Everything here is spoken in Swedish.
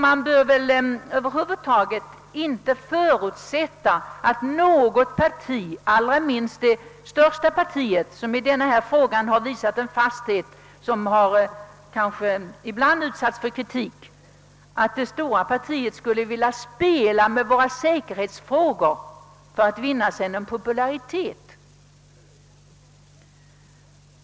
Man bör väl över huvud taget inte förutsätta att något parti — särskilt inte det största partiet, som i denna fråga visat en fasthet som ibland utsatts för kritik — skulle vilja spela med vår säkerhet som insats för att vinna popularitet.